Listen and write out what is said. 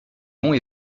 long